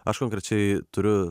aš konkrečiai turiu